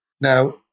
Now